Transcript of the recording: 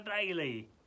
daily